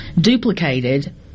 duplicated